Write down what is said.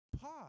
pause